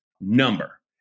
number